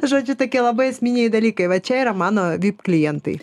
žodžiu tokie labai esminiai dalykai va čia yra mano vip klientai